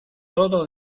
todo